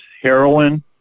heroin